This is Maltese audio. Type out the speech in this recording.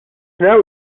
naraw